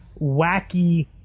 wacky